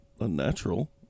unnatural